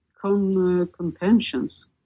contentions